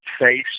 face